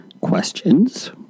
questions